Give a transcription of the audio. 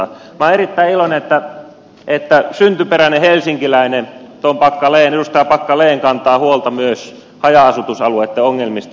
minä olen erittäin iloinen että syntyperäinen helsinkiläinen edustaja tom packalen kantaa huolta myös haja asutusalueitten ongelmista ja maaseudun ongelmista